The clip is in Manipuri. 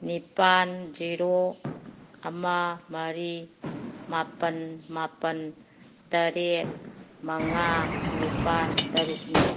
ꯅꯤꯄꯥꯜ ꯖꯤꯔꯣ ꯑꯃ ꯃꯔꯤ ꯃꯥꯄꯜ ꯃꯥꯄꯜ ꯇꯔꯦꯠ ꯃꯉꯥ ꯅꯤꯄꯥꯜ ꯇꯔꯨꯛꯅꯤ